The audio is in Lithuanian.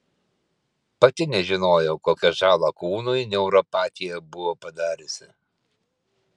pati nežinojau kokią žalą kūnui neuropatija buvo padariusi